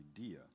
idea